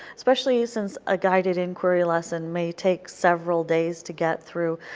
especially since a guided inquiry lesson may take several days to get through,